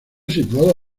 situado